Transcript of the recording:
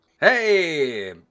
Hey